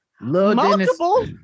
Multiple